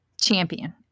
champion